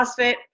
CrossFit